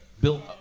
Bill